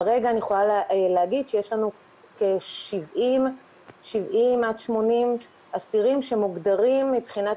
כרגע אני יכולה להגיד שיש לנו כ-70 עד 80 אסירים שמוגדרים מבחינת